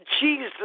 Jesus